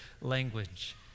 language